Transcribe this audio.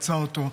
פצע אותו,